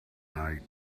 night